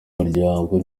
muryango